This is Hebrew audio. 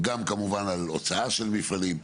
גם כמובן על הוצאה של מפעלים,